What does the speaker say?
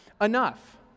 enough